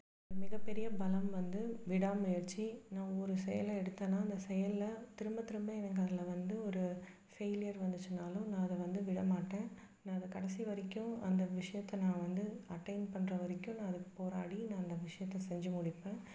மிகப்பெரிய பலம் வந்து விடாமுயற்சி நான் ஒரு செயலை எடுத்தேன்னா அந்த செயலை திரும்ப திரும்ப எனக்கு அதில் வந்து ஒரு ஃபெய்லியர் வந்துச்சுனாலும் நான் அதை வந்து விடமாட்டேன் நான் அதை கடைசி வரைக்கும் அந்த விஷயத்துல நான் வந்து அட்டண்ட் பண்ணுற வரைக்கும் நான் அதுக்கு போராடி நான் அந்த விஷயத்த செஞ்சு முடிப்பேன்